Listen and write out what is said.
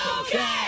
Okay